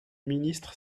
ministre